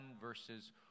verses